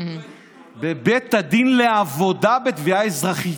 בבית הדין לעבודה בתביעה אזרחית.